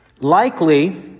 Likely